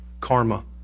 karma